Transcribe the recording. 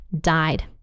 died